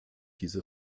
diese